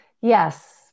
Yes